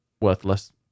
worthless